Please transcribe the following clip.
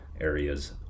areas